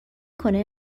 کنه